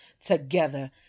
together